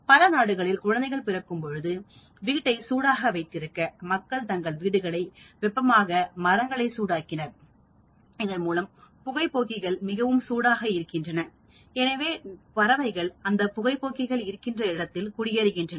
பல நாடுகளில் குழந்தைகள் பிறக்கும் போது வீட்டை சூடாக வைத்திருக்க மக்கள் தங்கள் வீடுகளை வெப்பமாக மரங்களை சூடாக்கினால் இதன் மூலம் புகைபோக்கிகள் மிகவும் சூடாக இருக்கின்றன எனவே பறவைகள் அந்த புகை போக்கிகள் இருக்கின்ற இடத்தில் குடியேறுகின்றன